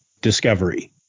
Discovery